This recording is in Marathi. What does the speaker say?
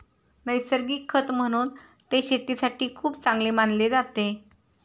नैसर्गिक खत म्हणून ते शेतीसाठी खूप चांगले मानले जाते